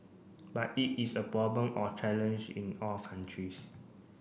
but it is a problem or challenge in all countries